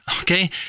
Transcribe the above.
okay